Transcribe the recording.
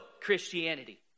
Christianity